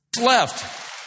left